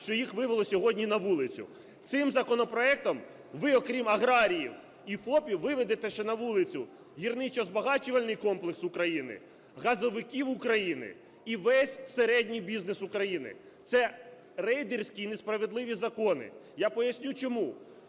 що їх вивело сьогодні на вулицю. Цим законопроектом ви окрім аграріїв і ФОПів виведете ще на вулицю гірничо-збагачувальний комплекс України, газовиків України і весь середній бізнес України. Це рейдерські і несправедливі закони. Я поясню, чому.